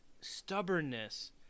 stubbornness